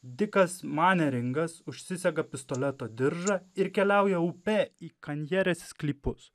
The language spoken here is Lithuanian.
dikas manieringas užsisega pistoleto diržą ir keliauja upe į kanjerės sklypus